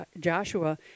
Joshua